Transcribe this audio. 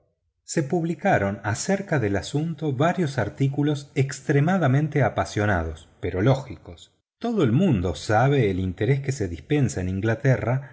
se publicaron acerca del asunto varios artículos extremadamente apasionados pero lógicos todo el mundo sabe el interés que se dispensa en inglaterra